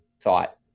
thought